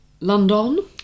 London